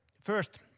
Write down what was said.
first